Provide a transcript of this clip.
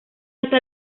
esta